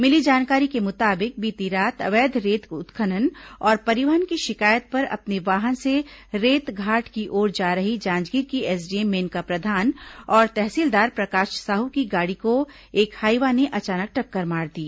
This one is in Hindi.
मिली जानकारी के मुताबिक बीती रात अवैध रेत उत्खनन और परिवहन की शिकायत पर अपने वाहन से रेत घाट की ओर जा रही जांजगीर की एसडीएम मेनका प्रधान और तहसीलदार प्रकाश साहू की गाड़ी को एक हाईवा ने अचानक टक्कर मार दी